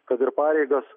kad ir pareigas